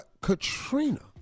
Katrina